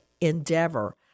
endeavor